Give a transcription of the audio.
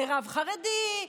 לרב חרדי,